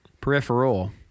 peripheral